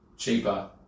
cheaper